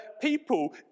people